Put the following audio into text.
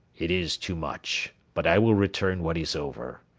it is too much, but i will return what is over.